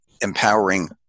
empowering